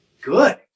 good